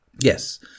yes